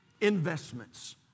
investments